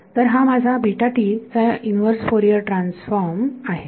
तर हा माझा चा इनव्हर्स फोरियर ट्रान्सफॉर्म आहे